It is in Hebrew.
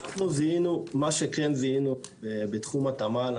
מה שכן זיהינו בתחום התמ"ל,